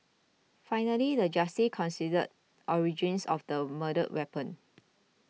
finally the justice considered origins of the murder weapon